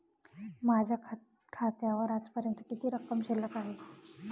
माझ्या खात्यावर आजपर्यंत किती रक्कम शिल्लक आहे?